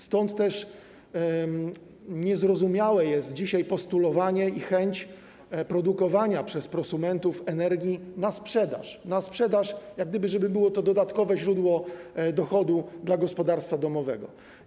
Stąd też niezrozumiałe są dzisiaj postulowanie, chęć produkowania przez prosumentów energii na sprzedaż, tak żeby było to dodatkowe źródło dochodu dla gospodarstwa domowego.